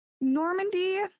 Normandy